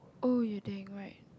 oh you dang right